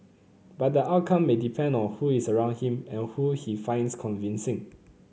but the outcome may depend on who is around him and who he finds convincing